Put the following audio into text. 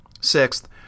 Sixth